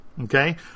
okay